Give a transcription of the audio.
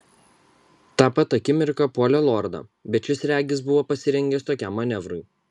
tą pat akimirką puolė lordą bet šis regis buvo pasirengęs tokiam manevrui